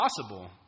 possible